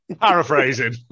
Paraphrasing